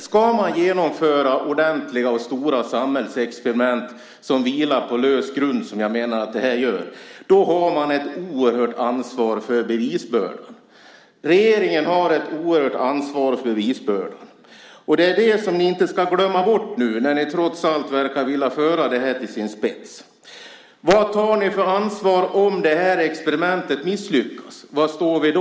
Ska man genomföra ordentliga och stora samhällsexperiment som vilar på lös grund, som jag menar att det här gör, har man ett oerhört ansvar för bevisbördan. Regeringen har ett oerhört ansvar för bevisbördan. Det ska ni inte glömma bort när ni nu trots allt verkar vilja föra det till sin spets. Vad tar ni för ansvar om experimentet misslyckas? Var står vi då?